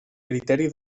criteri